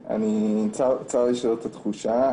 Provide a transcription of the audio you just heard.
צר לי שזאת התחושה,